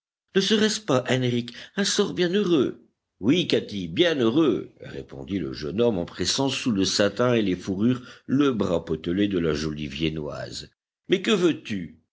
ne serait-ce pas henrich un sort bien heureux oui katy bien heureux répondit le jeune homme en pressant sous le satin et les fourrures le bras potelé de la jolie viennoise mais que veux-tu